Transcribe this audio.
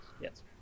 Yes